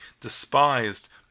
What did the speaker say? despised